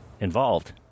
involved